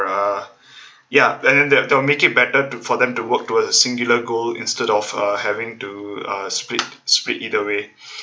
err ya and then they'll make it better to for them to work towards a singular goal instead of uh having to uh split split either way